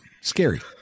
scary